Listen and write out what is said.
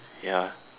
ya